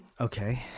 Okay